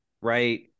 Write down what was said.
Right